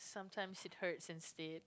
sometimes it hurts instead